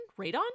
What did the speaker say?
radon